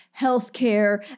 healthcare